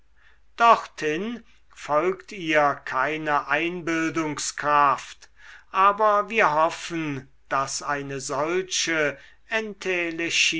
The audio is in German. dorthin folgt ihr keine einbildungskraft aber wir hoffen daß eine solche